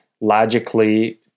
logically